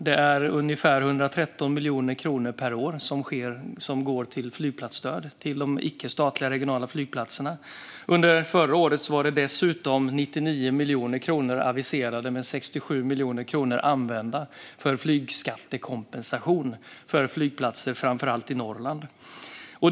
Det går ungefär 113 miljoner kronor per år till flygplatsstöd till de icke-statliga regionala flygplatserna. Under förra året aviserades dessutom 99 miljoner kronor, varav 67 miljoner kronor användes, för flygskattekompensation till flygplatser, framför allt i Norrland.